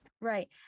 Right